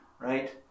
right